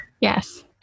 Yes